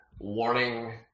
warning